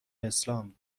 اسلام